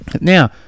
Now